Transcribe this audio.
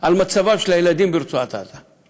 על מצבם של הילדים ברצועת עזה,